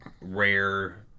rare